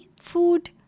food